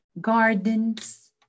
gardens